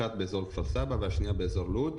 אחת באזור כפר סבא והשנייה באזור לוד.